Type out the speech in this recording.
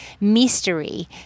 mystery